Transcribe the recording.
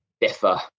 differ